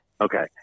Okay